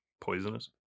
poisonous